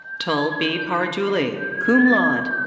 tul b. parajuli, cum laude.